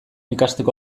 ikasteko